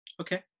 Okay